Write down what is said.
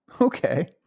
Okay